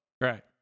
Right